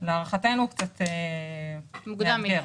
זה קצת מאתגר.